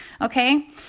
Okay